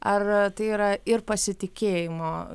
ar tai yra ir pasitikėjimo